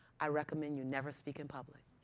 i recommend you never speak in public.